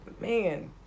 man